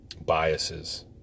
biases